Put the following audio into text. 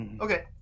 Okay